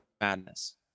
Madness